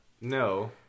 No